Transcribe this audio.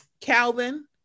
calvin